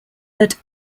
that